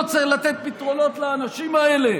לא צריך לתת פתרונות לאנשים האלה?